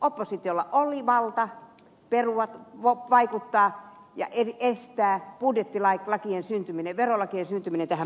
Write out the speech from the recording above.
oppositiolla oli valta perua vaikuttaa ja estää budjettilakien syntyminen verolakien syntyminen tähän maahan